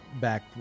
back